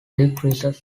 decreases